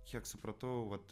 kiek supratau vat